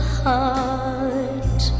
heart